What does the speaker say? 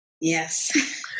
Yes